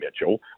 Mitchell